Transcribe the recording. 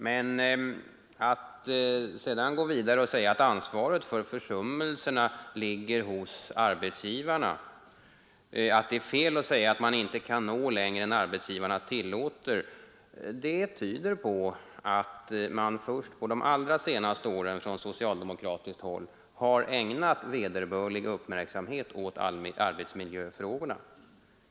Men att sedan gå vidare och hävda att ansvaret för försummelserna ligger hos arbetsgivarna och att det är fel att säga att man inte kan nå längre än arbetsgivarna tillåter tyder på att man först under de allra senaste åren från socialdemokratiskt håll har ägnat vederbörlig uppmärksamhet åt arbetsmiljöfrågorna.